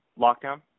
lockdown